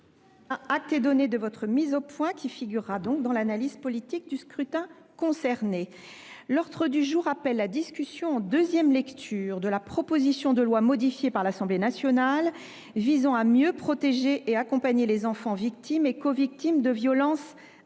vous est donné de cette mise au point, mon cher collègue. Elle figurera dans l’analyse politique du scrutin concerné. L’ordre du jour appelle la discussion, en deuxième lecture, de la proposition de loi, modifiée par l’Assemblée nationale, visant à mieux protéger et accompagner les enfants victimes et covictimes de violences intrafamiliales